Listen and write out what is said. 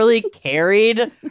carried